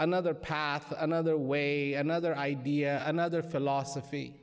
another path another way another idea another philosophy